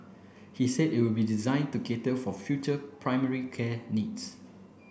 he said it will be designed to cater for future primary care needs